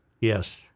Yes